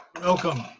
Welcome